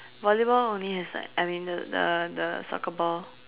volleyball only has like I mean the the soccer ball